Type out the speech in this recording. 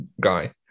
guy